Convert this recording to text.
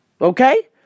Okay